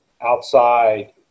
outside